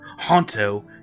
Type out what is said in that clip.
Honto